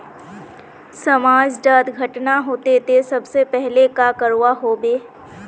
समाज डात घटना होते ते सबसे पहले का करवा होबे?